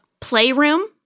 playroom